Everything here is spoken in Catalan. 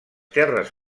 terres